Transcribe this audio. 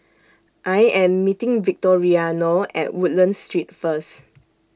I Am meeting Victoriano At Woodlands Street First